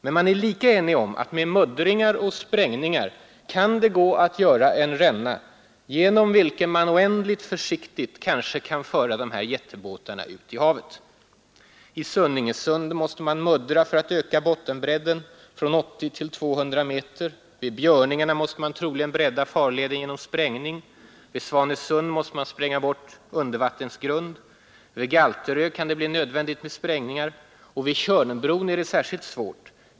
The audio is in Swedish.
Och man är lika enig om att med muddringar och sprängningar kan det gå att göra en ränna genom vilken man oändligt försiktigt kan föra sådana jättebåtar ut till havet. I Sunninge sund måste man muddra för att öka bottenbredden från 80 till 200 meter. Vid Björningarna måste man troligen bredda farleden genom sprängning. Vid Svanesund måste man spränga bort undervattensgrund. Vid Galterö kan det också bli nödvändigt med sprängningar. Och vid Tjörnbron är det särskilt svårt.